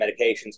medications